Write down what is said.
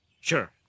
Sure